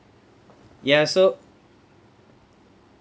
ya so